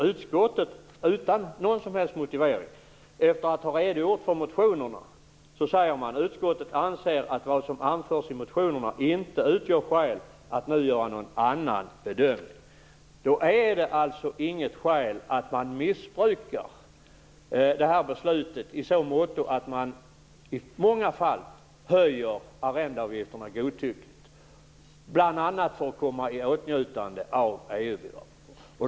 Utskottet skriver utan någon som helst motivering efter att ha redogjort för motionerna: Utskottet anser att vad som anförs i motionerna inte utgör skäl att nu göra någon annan bedömning. Då är det alltså inte något skäl att man missbrukar beslutet i så måtto att man i många fall höjer arrendeavgifterna godtyckligt, bl.a. för att komma i åtnjutande av EU-bidrag.